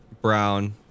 Brown